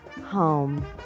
home